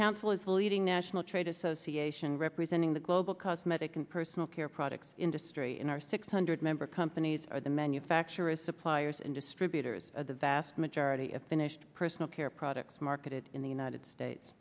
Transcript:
council is a leading national trade association representing the global cosmetic and personal care products industry in our six hundred member companies are the manufacturers suppliers and distributors of the vast majority of finished personal care products marketed in the united states